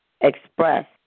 express